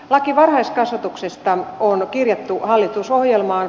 laki varhaiskasvatuksesta on kirjattu hallitusohjelmaan